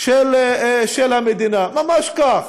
של המדינה, ממש כך.